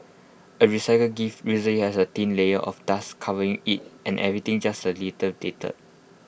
A recycled gift usually has A thin layer of dust covering IT and everything just A little data